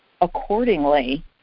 accordingly